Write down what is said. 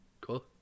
Cool